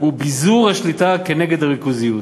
היא ביזור השליטה כנגד ריכוזיות.